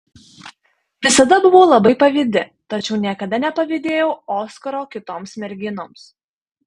visada buvau labai pavydi tačiau niekada nepavydėjau oskaro kitoms merginoms